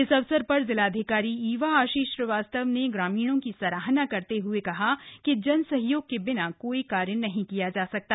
इस अवसर पर जिलाधिकारी इवा आशीष श्रीवास्तव ने ग्रामीणों की सराहना करते हए कहा कि जन सहयोग के बिना कोई कार्य नहीं किया जा सकता